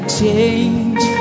change